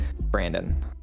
Brandon